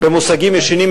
במושגים ישנים,